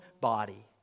body